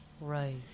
Right